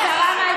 הסגנון,